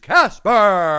Casper